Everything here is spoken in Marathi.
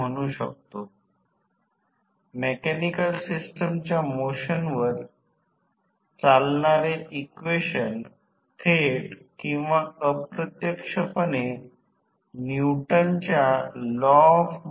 मग कमी व्होल्टेज च्या बाजूला 110 व्होल्ट दिले जाते त्या बाजूला प्रत्यक्षात 110 व्होल्ट दिले जाते